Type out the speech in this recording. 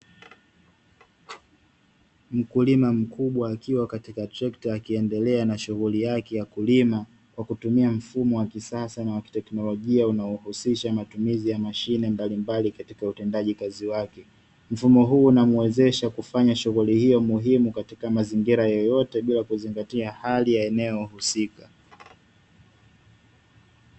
Mkulima mkubwa akiwa katika trekta akiendelea na shughuli yake ya kulima kwa kutumia mfumo wa kisasa na teknolojia unaohusisha matumizi ya mashine mbalimbali katika utendaji kazi wake, mfumo huu unamwezesha kufanya shughuli hiyo muhimu katika mazingira yoyote bila kuzingatia hali ya eneo husika.